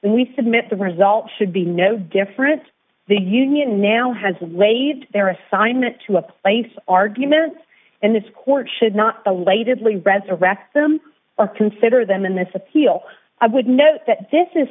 we submit the result should be no different the union now has waived their assignment to a place arguments and this court should not the latest lee resurrect them or consider them in this appeal i would note that this is